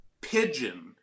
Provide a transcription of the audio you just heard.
pigeon